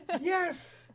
Yes